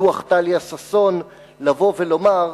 בדוח טליה ששון, לבוא ולומר,